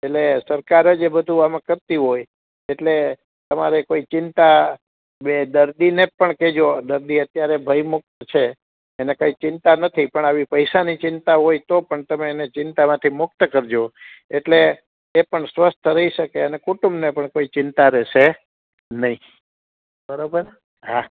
એટલે સરકાર એ બધુ આમાં કરતી હોય એટલે તમારે કોઈ ચિંતા બે દર્દીને પણ કેજો દર્દી ત્યારે ભય મુક્ત છે એને કઈ ચિંતા નથી પણ આવી પૈસાની ચિંતા હોય તો પણ તમે એને ચિંતામથી મુક્ત કરજો એટલે એ પણ સ્વસ્થ રહી શકે અને કુટુંબને પણ કોઈ ચિંતા રહેશે નહિ બરોબર હાં